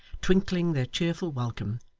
twinkling their cheerful welcome,